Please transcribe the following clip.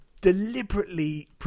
deliberately